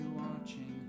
watching